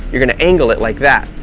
you're gonna angle it like that,